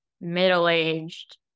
middle-aged